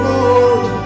Lord